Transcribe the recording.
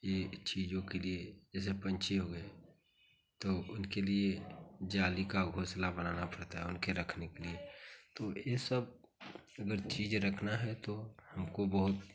ये चीज़ों के लिए जैसे पंछी हो गए तो उनके लिए जाली का घोंसला बनाना पड़ता है उनके रखने के लिए तो ये सब अगर चीज़ रखना है तो हमको बहुत